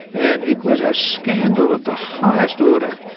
and it was a scandal of the highest order.